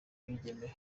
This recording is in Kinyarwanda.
bigeme